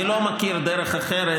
אני לא מכיר דרך אחרת,